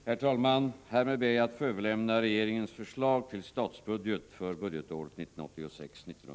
Herr talman! Härmed ber jag att få överlämna regeringens förslag till statsbudget för budgetåret 1986/87.